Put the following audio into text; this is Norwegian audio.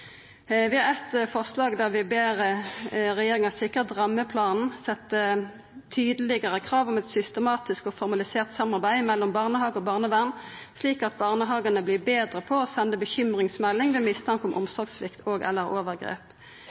Vi har eit forslag der vi ber regjeringa sikra at rammeplanen set tydelegare krav om eit systematisk og formalisert samarbeid mellom barnehage og barnevern, slik at barnehagane vert betre på å senda bekymringsmelding ved mistanke om omsorgssvikt og/eller overgrep.